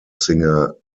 singer